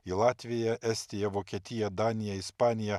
į latviją estiją vokietiją daniją ispaniją